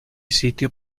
sitio